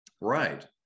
Right